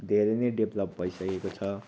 धेरै नै डेभलप भइसकेको छ